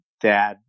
dad